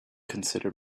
consider